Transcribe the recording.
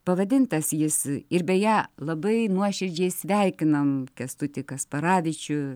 pavadintas jis ir beje labai nuoširdžiai sveikinam kęstutį kasparavičių